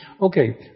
Okay